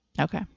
Okay